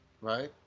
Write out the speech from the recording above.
Right